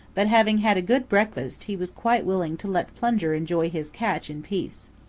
but having had a good breakfast he was quite willing to let plunger enjoy his catch in peace.